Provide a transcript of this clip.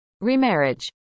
Remarriage